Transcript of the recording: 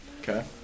Okay